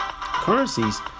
currencies